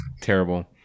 Terrible